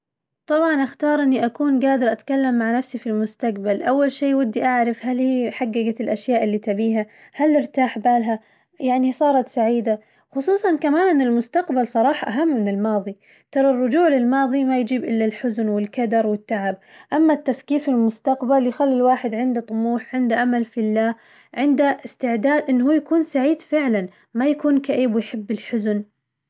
طبعاً أختار إني أكون قادرة أتكلم مع نفسي في المستقبل، أول شي ودي أعرف هل هي حققت الأشياء اللي تبيها؟ هل ارتاح بالها؟ يعني صارت سعيدة، خصوصاً كمان إنه المستقبل صراحة أهم من الماضي، ترى الرجوع للماضي ما يجيب إلا الحزن والكدر والتعب، أما التفكير في المستقبل يخلي الواحد عنده طموح عنده أمل في الله، عنده استعداد إنه هو يكون سعيد فعلاً، ما يكون كئيب ويحب الحزن.